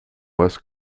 west